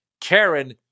Karen